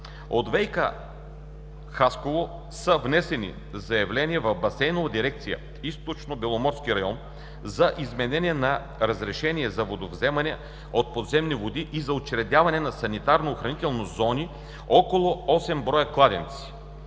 ЕООД – Хасково, са внесени заявления в Басейнова дирекция „Източнобеломорски район“ за изменение на разрешение за водовземане от подземни води и за учредяване на санитарно-охранителни зони около 8 броя кладенци.